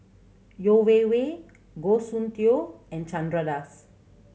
Yeo Wei Wei Goh Soon Tioe and Chandra Das